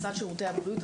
סל שירותי הבריאות,